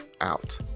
out